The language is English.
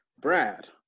Brad